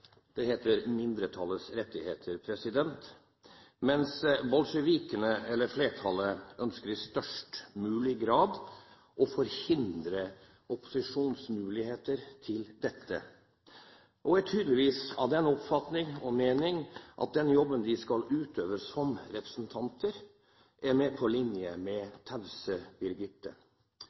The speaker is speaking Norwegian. det heter mindretallets rettigheter – mens bolsjevikene, eller flertallet, ønsker i størst mulig grad å forhindre opposisjonens muligheter til dette og er tydeligvis av den oppfatning og mening at den jobben de skal utøve som representanter, er mer på linje med Tause